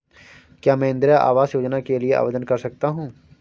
क्या मैं इंदिरा आवास योजना के लिए आवेदन कर सकता हूँ?